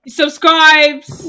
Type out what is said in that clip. subscribes